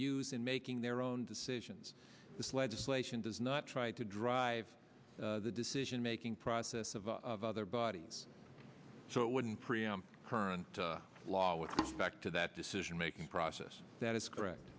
use in making their own decisions this legislation does not try to drive the decision making process of other bodies so it wouldn't preempt current law with respect to that decision making process that is correct